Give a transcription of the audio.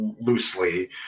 loosely